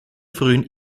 frühen